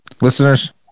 Listeners